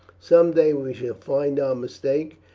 some day we shall find our mistake,